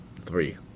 Three